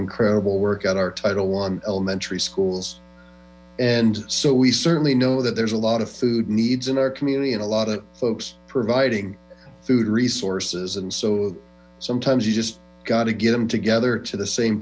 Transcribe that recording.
incredible work out our title one elementary schools and so we certainly know that there's a lot of food needs in our community and a lot of folks providing food resources and so sometimes you just gotta get them together to the same